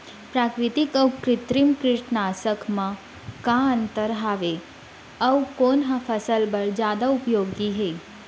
प्राकृतिक अऊ कृत्रिम कीटनाशक मा का अन्तर हावे अऊ कोन ह फसल बर जादा उपयोगी हे?